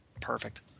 perfect